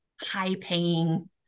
high-paying